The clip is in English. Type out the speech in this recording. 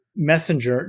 messenger